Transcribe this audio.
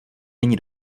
není